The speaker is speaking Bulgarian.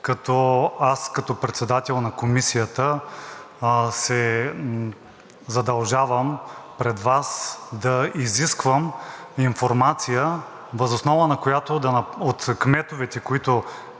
аз като председател на Комисията се задължавам пред Вас да изисквам информация от кметовете, които